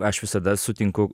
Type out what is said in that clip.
aš visada sutinku